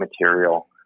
material